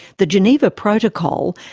the geneva protocol,